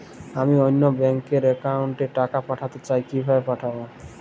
আমি অন্য ব্যাংক র অ্যাকাউন্ট এ টাকা পাঠাতে চাই কিভাবে পাঠাবো?